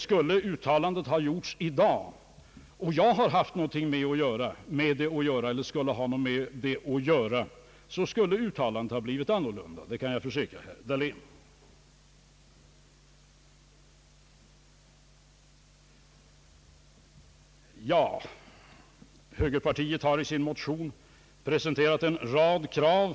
Om uttalandet skulle ha gjorts i dag och om jag skulle ha haft någonting att skaffa med det, skulle uttalandet ha blivit ett annat, det kan jag försäkra herr Dahlén. Högerpartiet har i sin motion presenterat en rad krav.